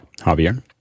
Javier